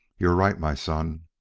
you're right, my son,